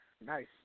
Nice